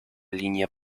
línea